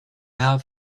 herr